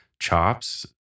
chops